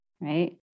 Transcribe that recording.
Right